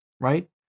right